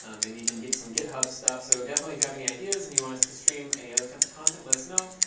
ah maybe even get some github stuff. so definitely, if you have any ideas and you want us to stream any other type of content, let us know.